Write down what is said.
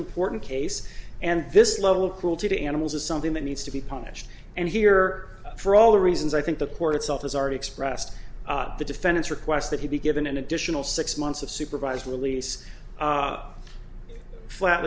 important case and this level of cruelty to animals is something that needs to be punished and here for all the reasons i think the court itself has already expressed the defendant's request that he be given an additional six months of supervised release